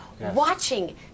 watching